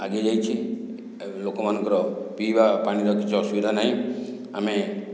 ଆଗେଇ ଯାଇଛି ଏ ଲୋକମାନଙ୍କର ପିଇବା ପାଣିର କିଛି ଅସୁବିଧା ନାହିଁ ଆମ